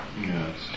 Yes